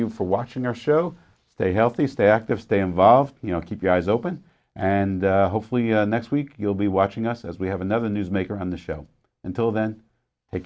you for watching your show stay healthy stay active stay involved you know keep your eyes open and hopefully next week you'll be watching us as we have another newsmaker on the show until then th